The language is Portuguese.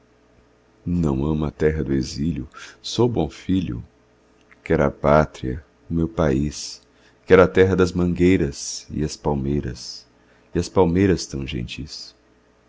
não amo a terra do exílio sou bom filho quero a pátria o meu país quero a terra das mangueiras e as palmeiras e as palmeiras tão gentis